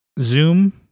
Zoom